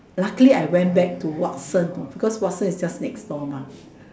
luckily I went back to Watsons because Watsons is just next door Ma